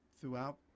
throughout